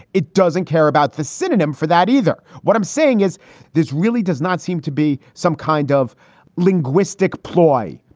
it doesn't care about the synonym for that either. what i'm saying is this really does not seem to be some kind of linguistic ploy.